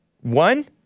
One